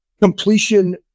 Completion